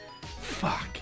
Fuck